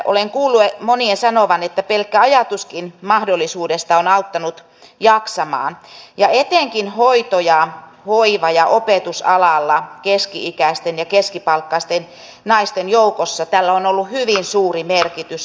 olen kuullut monien sanovan että pelkkä ajatuskin mahdollisuudesta on auttanut jaksamaan ja etenkin hoito ja hoiva ja opetusalalla keski ikäisten ja keskipalkkaisten naisten joukossa tällä on ollut hyvin suuri merkitys jaksamiselle